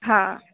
हा